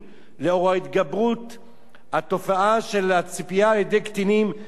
התופעה של צפייה של קטינים בחומר פורנוגרפי תועבתי